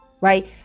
Right